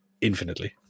infinitely